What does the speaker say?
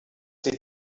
sich